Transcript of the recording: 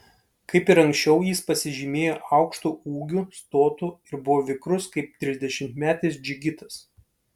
kaip ir anksčiau jis pasižymėjo aukštu ūgiu stotu ir buvo vikrus kaip trisdešimtmetis džigitas